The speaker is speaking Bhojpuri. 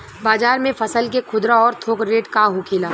बाजार में फसल के खुदरा और थोक रेट का होखेला?